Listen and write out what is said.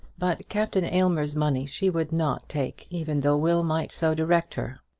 but captain aylmer's money she would not take, even though will might so direct her.